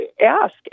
ask